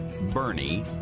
Bernie